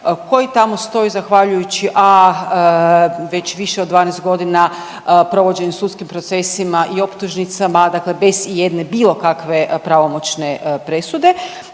koji tamo stoji zahvaljujući a već više od 12 godina provođenju sudskim procesima i optužnicama bez ijedne bilo kakve pravomoćne presude